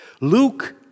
Luke